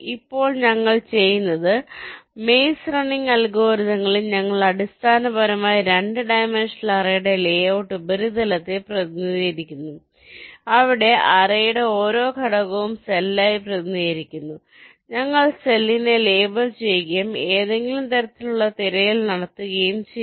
ഇപ്പോൾ ഞങ്ങൾ ചെയ്യുന്നത് മെയിസ് റണ്ണിംഗ് അൽഗോരിതങ്ങളിൽ ഞങ്ങൾ അടിസ്ഥാനപരമായി 2 ഡൈമൻഷണൽ അറേയുടെ ലേഔട്ട് ഉപരിതലത്തെ പ്രതിനിധീകരിക്കുന്നു അവിടെ അറേയുടെ ഓരോ ഘടകവും സെല്ലായി പ്രതിനിധീകരിക്കുന്നു ഞങ്ങൾ സെല്ലിനെ ലേബൽ ചെയ്യുകയും ഏതെങ്കിലും തരത്തിലുള്ള തിരയൽ നടത്തുകയും ചെയ്തു